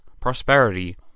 prosperity